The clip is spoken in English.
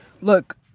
Look